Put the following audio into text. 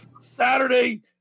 Saturday